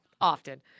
often